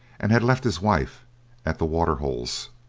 and had left his wife at the waterholes.